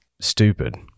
stupid